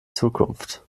zukunft